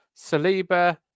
Saliba